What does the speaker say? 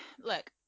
look